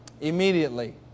immediately